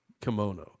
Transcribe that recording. Kimono